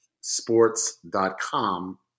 sports.com